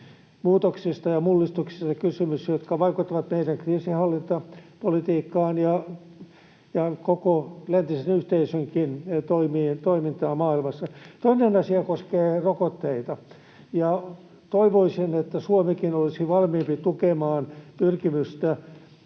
muutoksista ja mullistuksista, jotka vaikuttavat meidän kriisinhallintapolitiikkaan ja koko läntisen yhteisönkin toimintaan maailmassa. Toinen asia koskee rokotteita, ja toivoisin, että Suomikin olisi valmiimpi tukemaan pyrkimystä